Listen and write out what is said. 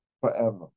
forever